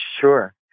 Sure